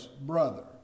brother